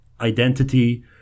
identity